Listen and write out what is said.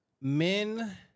men